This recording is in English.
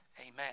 Amen